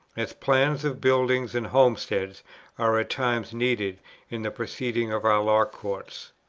as plans of buildings and homesteads are at times needed in the proceedings of our law courts.